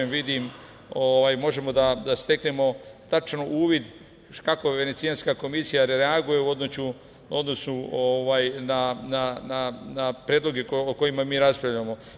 Možemo da steknemo tačno uvid kako Venecijanska komisija reaguje u odnosu na predloge o kojima mi raspravljamo.